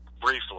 briefly